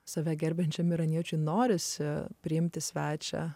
save gerbiančiam iraniečiui norisi priimti svečią